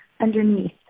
Underneath